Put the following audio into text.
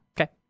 okay